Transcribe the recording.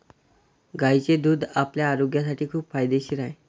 गायीचे दूध आपल्या आरोग्यासाठी खूप फायदेशीर आहे